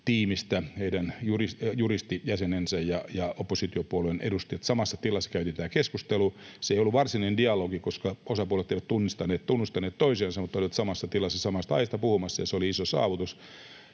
heidän juristijäsenensä ja oppositiopuolueen edustajat, samassa tilassa käytiin tämä keskustelu. Se ei ollut varsinainen dialogi, koska osapuolet eivät tunnustaneet toisiansa, mutta he olivat samassa tilassa samasta aiheesta puhumassa, ja se oli iso saavutus.